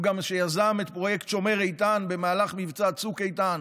הוא גם יזם את פרויקט "שומר איתן" במהלך מבצע צוק איתן,